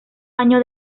año